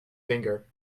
finger